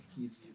kids